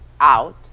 out